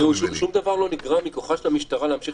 שום דבר לא נגרע מכוחה של המשטרה להמשיך